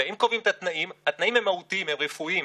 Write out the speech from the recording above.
חינוך, בריאות,